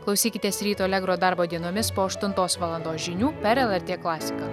klausykitės ryto allegro darbo dienomis po aštuntos valandos žinių per lrt klasiką